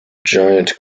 giant